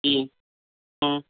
جی ہوں